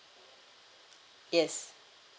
yes